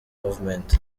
movement